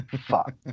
fuck